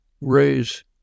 raise